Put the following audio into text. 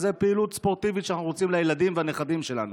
שזה פעילות ספורטיבית שאנחנו רוצים בשביל הילדים והנכדים שלנו.